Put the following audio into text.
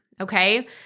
okay